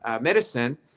medicine